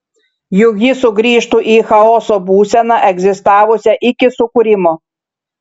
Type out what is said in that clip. juk ji sugrįžtų į chaoso būseną egzistavusią iki sukūrimo